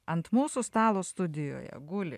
ant mūsų stalo studijoje guli